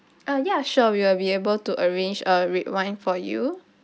uh ya sure we will be able to arrange a red wine for you